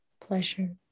pleasure